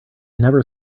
never